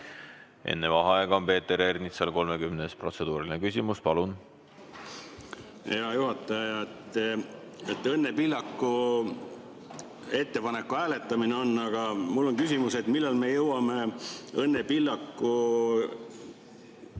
Enne vaheaega on Peeter Ernitsal 30. protseduuriline küsimus. Palun! Hea juhataja! Õnne Pillaku ettepaneku hääletamine on, aga mul on küsimus, et millal me jõuame Õnne Pillaku